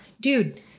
dude